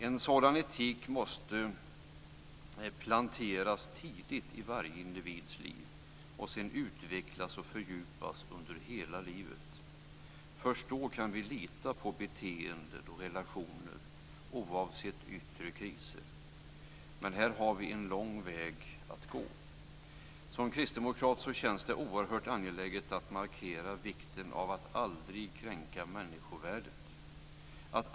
En sådan etik måste planteras tidigt i varje individs liv och sedan utvecklas och fördjupas under hela livet. Först då kan vi lita på beteenden och relationer oavsett yttre kriser, men här har vi en lång väg att gå. Som kristdemokrat känns det oerhört angeläget att markera vikten av att aldrig kränka människovärdet.